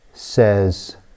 says